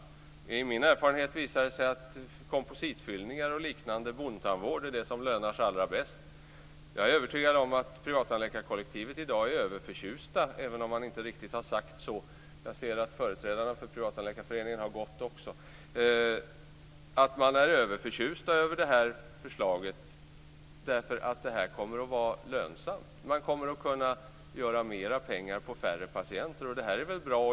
Enligt min erfarenhet är kompositfyllningar och liknande bondtandvård det som lönar sig allra bäst. Jag är övertygad om att privattandläkarkollektivet i dag är överförtjust över förslaget, även om man inte riktigt har sagt så. Jag ser att företrädarna för Privattandläkarföreningen också har gått. Det här kommer att vara lönsamt. Man kommer att kunna göra mer pengar på färre patienter. Det är väl bra.